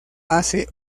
hace